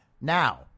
now